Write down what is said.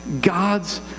God's